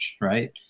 right